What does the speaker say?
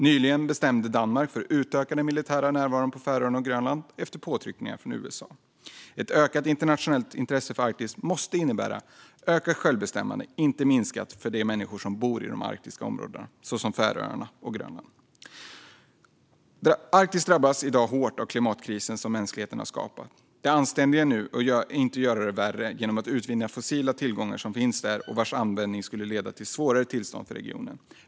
Nyligen bestämde sig Danmark för att utöka den militära närvaron på Färöarna och Grönland efter påtryckningar från USA. Ett ökat internationellt intresse för Arktis måste innebära ökat självbestämmande - inte minskat - för de människor som bor i arktiska områden såsom Färöarna och Grönland. Arktis drabbas i dag hårt av den klimatkris som mänskligheten skapat. Det anständiga är nu att inte göra det värre genom att utvinna fossila tillgångar som finns där, vars användning skulle leda till ett svårare tillstånd för regionen.